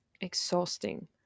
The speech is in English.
exhausting